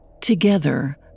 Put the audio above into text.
Together